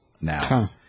now